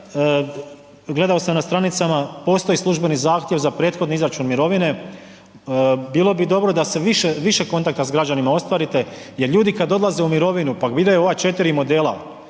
gledao sam na stranicama, postoji službeni zahtjev za prethodni izračun mirovine, bilo bi dobro da se više kontakta sa građanima ostvarite jer ljudi kada odlaze u mirovinu pa vide ova četiri modela